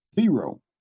zero